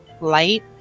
light